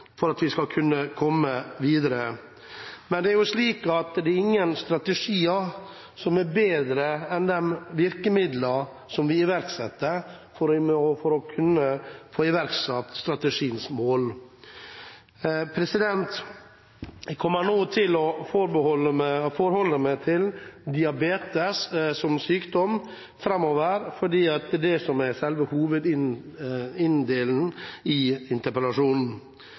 for at vi skal kunne komme videre. Men det er jo slik at det er ingen strategier som er bedre enn de virkemidlene vi iverksetter for å nå strategiens mål. Jeg kommer framover til å holde meg til diabetes, fordi det er det som er selve hoveddelen av interpellasjonen. Derfor vil jeg bruke det som eksempel på hvor viktig det er å komme videre med dette arbeidet. I